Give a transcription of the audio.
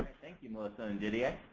you, melissa and didier.